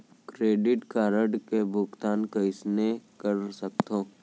Credit card के भुगतान कइसने कर सकथो?